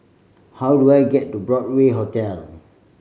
how do I get to Broadway Hotel